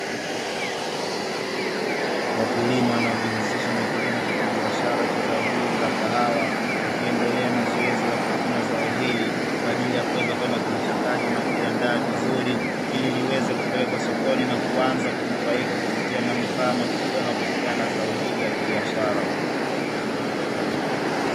Wakulima wanaojihusisha na kilimo cha kibiashara cha zao hili la kahawa, wakiendelea na zoezi la kuvuna zao hili kwa ajili ya kuweza kwenda kulichakata na kuliandaa vizuri, ili liweze kupelekwa sokoni na kuanza kunufaika kupitia manufaa makubwa yanayotokana na zao hili la kibiashara.